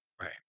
right